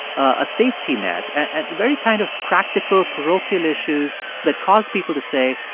a safety net, and the very kind of practical, parochial issues that cause people to say,